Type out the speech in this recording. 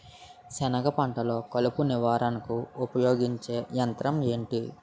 సెనగ పంటలో కలుపు నివారణకు ఉపయోగించే యంత్రం ఏంటి?